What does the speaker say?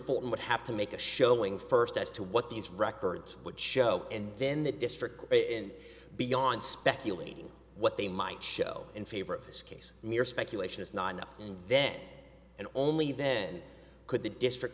fulton would have to make a showing first as to what these records would show and then the district in beyond speculating what they might show in favor of this case mere speculation is not enough and then and only then could the district